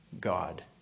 God